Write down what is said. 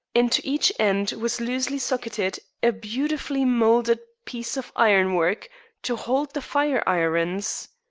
into each end was loosely socketed a beautifully moulded piece of ironwork to hold the fire-irons.